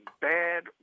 bad